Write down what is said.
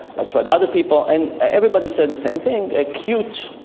i tried other people, and everybody said the same thing, ah cute.